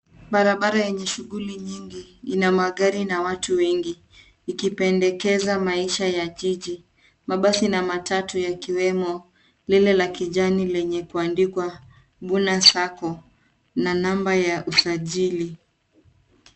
Barabara yenye shughuli nyingi ina magari na watu wengi ikipendekeza maisha ya jiji mabasi na matatu yakiwemo lile la kijani lenye kuandika Buna Sacco na namba ya Usajili.